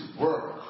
work